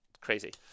crazy